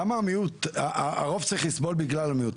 למה המיעוט, הרוב צריך לסבול בגלל המיעוט?